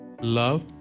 Love